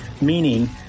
meaning